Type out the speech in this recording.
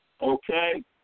okay